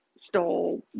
stole